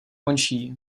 končí